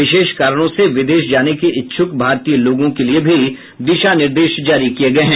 विशेष कारणों से विदेश जाने के इच्छ्क भारतीय लोगों के लिए भी दिशा निर्देश जारी किए गए हैं